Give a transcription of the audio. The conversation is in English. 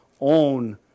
own